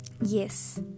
Yes